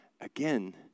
again